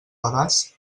pedaç